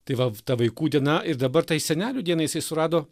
tai va ta vaikų diena ir dabar tai senelių dieną jisai surado